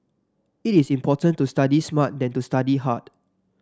it is important to study smart than to study hard